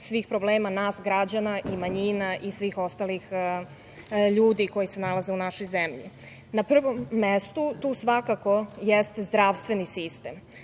svih problema nas građana i manjina i svih ostalih ljudi koji se nalaze u našoj zemlji. Na prvom mestu, tu svakako jeste zdravstveni sistem.